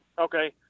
Okay